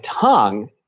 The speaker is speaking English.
tongue